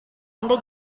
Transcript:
anda